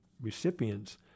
recipients